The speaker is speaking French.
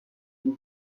une